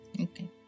Okay